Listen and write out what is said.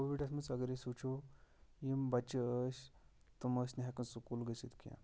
کووِڈَس منٛز اَگر أسۍ وٕچھو یِم بَچہٕ ٲسۍ تِم ٲسۍ نہٕ ہٮ۪کان سکوٗل گٔژھِتھ کیٚنٛہہ